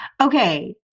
Okay